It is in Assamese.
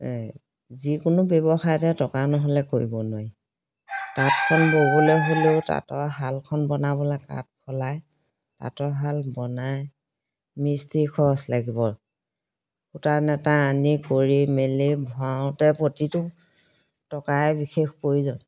যিকোনো ব্যৱসায়তে টকা নহ'লে কৰিব নোৱাৰি তাঁতখন ব'বলৈ হ'লেও তাঁতৰ শালখন বনাবলৈ কাঠ ফলাই তাঁতৰ শাল বনাই মিষ্ট্ৰি খৰচ লাগিব সূতা নেতা আনি কৰি মেলি ভৰাওঁতে প্ৰতিটো টকাই বিশেষ প্ৰয়োজন